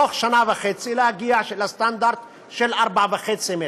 בתוך שנה וחצי להגיע לסטנדרט של 4.5 מטרים,